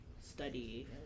study